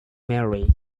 mary